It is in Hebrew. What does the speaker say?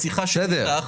בשיחה שלי איתך,